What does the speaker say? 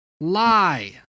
lie